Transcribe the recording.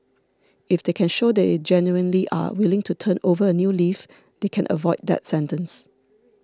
if they can show they genuinely are willing to turn over a new leaf they can avoid that sentence